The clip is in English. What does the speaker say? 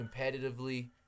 competitively